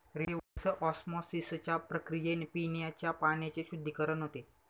reverse ऑस्मॉसिसच्या प्रक्रियेने पिण्याच्या पाण्याचे शुद्धीकरण होते